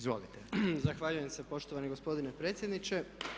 Zahvaljujem se poštovani gospodine predsjedniče.